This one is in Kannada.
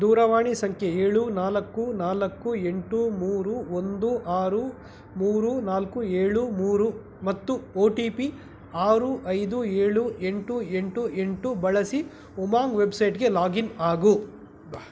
ದೂರವಾಣಿ ಸಂಖ್ಯೆ ಏಳು ನಾಲ್ಕು ನಾಲ್ಕು ಎಂಟು ಮೂರು ಒಂದು ಆರು ಮೂರು ನಾಲ್ಕು ಏಳು ಮೂರು ಮತ್ತು ಒ ಟಿ ಪಿ ಆರು ಐದು ಏಳು ಎಂಟು ಎಂಟು ಎಂಟು ಬಳಸಿ ಉಮಾಂಗ್ ವೆಬ್ಸೈಟ್ಗೆ ಲಾಗಿನ್ ಆಗು ಬಾ